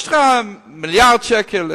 יש לך מיליארד שקל,